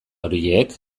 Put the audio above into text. horiek